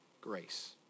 grace